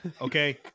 okay